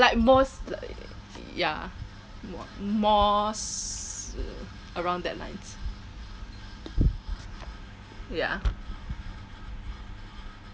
like most lik~ ya mo~ most around that lines ya